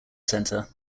centre